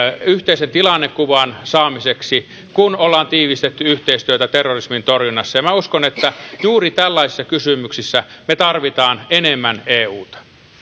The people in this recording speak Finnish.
yhteisen tilannekuvan saamiseksi kun ollaan tiivistetty yhteistyötä terrorismin torjunnassa ja minä uskon että juuri tällaisissa kysymyksissä me tarvitsemme enemmän euta